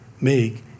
make